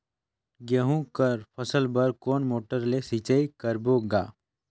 गहूं कर फसल बर कोन मोटर ले सिंचाई करबो गा?